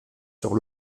sur